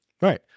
Right